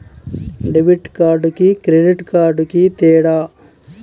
Debit కార్డుకి credit కార్డుకి తేడా?